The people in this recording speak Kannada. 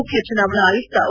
ಮುಖ್ಯ ಚುನಾವಣಾ ಆಯುಕ್ತ ಒ